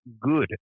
good